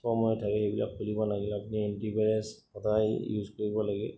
সময় থাকে সেইবিলাক খুলিব লাগিলে আপুনি এণ্টিভাইৰাছ সদায় ইউজ কৰিব লাগে